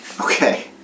Okay